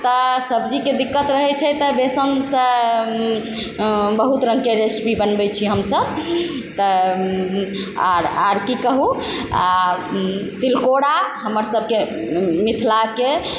तऽ सब्जीके दिक्कत रहै छै तऽ बेसनसँ बहुत रङ्गके रेसिपी बनबै छी हमसब तऽ आओर की कहु आओर तिलकोरा हमर सबके मिथिलाके